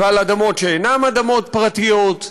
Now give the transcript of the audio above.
ועל אדמות שאינן אדמות פרטיות,